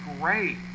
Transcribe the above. great